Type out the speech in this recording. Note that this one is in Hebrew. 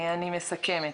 אני מסכמת.